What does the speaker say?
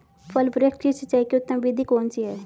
फल वृक्ष की सिंचाई की उत्तम विधि कौन सी है?